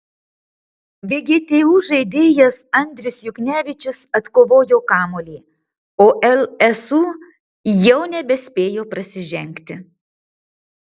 vgtu žaidėjas andrius juknevičius atkovojo kamuolį o lsu jau nebespėjo prasižengti